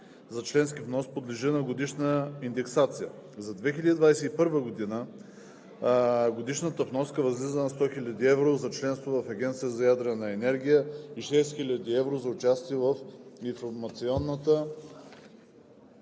за членски внос подлежи на индексация. За 2021 г. годишната вноска възлиза на 100 хил. евро за членство в Агенцията за ядрена енергия и 6 хил. евро за участие в Информационната